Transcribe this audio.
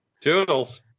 toodles